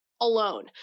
alone